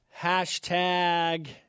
hashtag